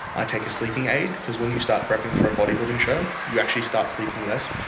i take a sleeping aid because when you start prepping for a bodybuilding show, you actually start sleeping less.